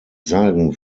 sagen